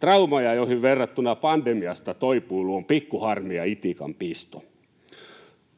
traumoja, joihin verrattuna pandemiasta toipuilu on pikkuharmi ja itikan pisto.